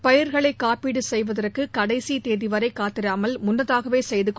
பயிர்களை காப்பீடு செய்வதற்கு கடைசி தேதிவரை காத்திராமல் முன்னதாகவே செய்துக்